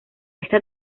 esta